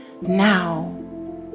now